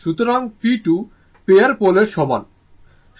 সুতরাং p 2 pair পোলের সমান